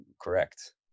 correct